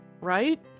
right